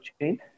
chain